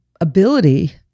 ability